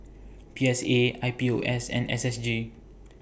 P S A I P O S and S S G